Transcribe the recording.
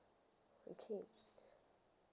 okay